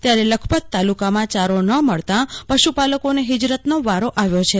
ત્યારે લખપત તાલુકામાં ચારો ન મળતા પશુપાલકોને હિજતનો વારો આવ્યો છે